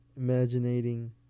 imaginating